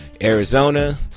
Arizona